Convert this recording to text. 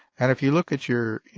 and if you look at your